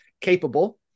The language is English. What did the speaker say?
capable